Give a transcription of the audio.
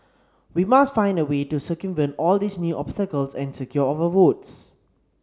we must find a way to circumvent all these new obstacles and secure our votes